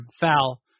foul